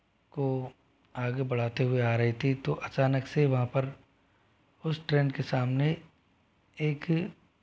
को आगे बढ़ाते हुए आ रही थी तो अचानक से वहाँ पर उस ट्रेन के सामने एक